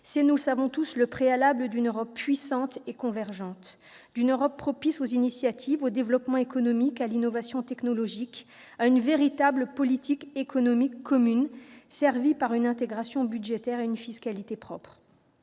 internationaux, c'est le préalable d'une Europe puissante et convergente. Cette Europe sera propice aux initiatives, au développement économique, à l'innovation technologique, à une véritable politique économique commune servie par l'intégration budgétaire et une fiscalité propre.